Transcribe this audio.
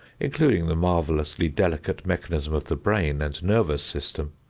including the marvelously delicate mechanism of the brain and nervous system,